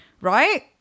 Right